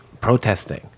protesting